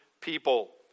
people